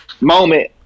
moment